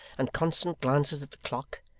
and constant glances at the clock,